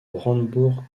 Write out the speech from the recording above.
brandebourg